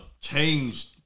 changed